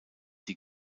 die